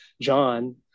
John